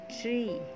tree